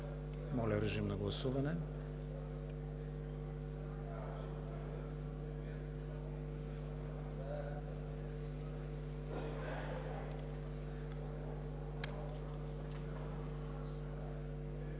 Моля, режим на гласуване.